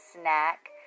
snack